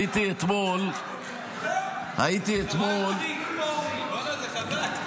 הייתי אתמול --- בוא הנה, זה חזק.